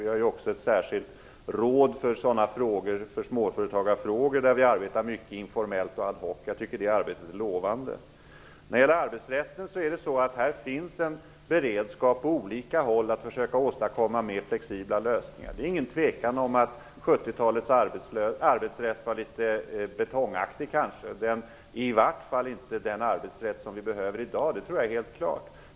Vi har också ett särskilt råd för småföretagarfrågor där vi arbetar mycket informellt. Jag tycker att det arbetet är lovande. När det gäller arbetsrätten finns det en beredskap på olika håll för att försöka åstadkomma mer flexibla lösningar. Det är ingen tvekan om att 70-talets arbetsrätt var litet betongaktig. Det är i varje fall inte den arbetsrätt vi behöver i dag. Det tror jag är helt klart.